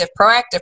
proactive